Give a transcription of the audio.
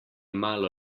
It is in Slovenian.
malo